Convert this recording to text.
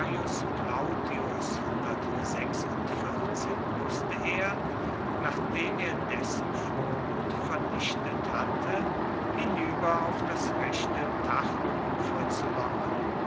plautius wußte er nachdem er dessen vorhut vernichtet hatte hinüber auf das rechte tajoufer zu locken